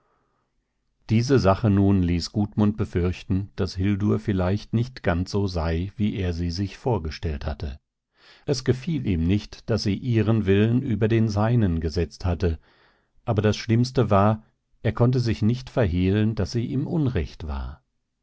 diese sache nun ließ gudmund befürchten daß hildur vielleicht nicht ganz so sei wie er sie sich vorgestellt hatte es gefiel ihm nicht daß sie ihren willen über den seinen gesetzt hatte aber das schlimmste war er konnte sich nicht verhehlen daß sie im unrecht war